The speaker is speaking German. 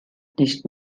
nicht